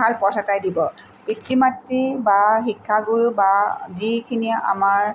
ভাল পথ এটাই দিব পিতৃ মাতৃ বা শিক্ষাগুৰু বা যিখিনিয়ে আমাৰ